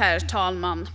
Herr talman!